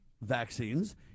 vaccines